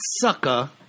sucker